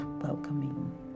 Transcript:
welcoming